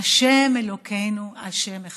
השם אלוקינו השם אחד.